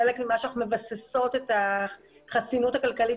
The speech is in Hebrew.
חלק ממה שאנחנו מבססות את החסינות הכלכלית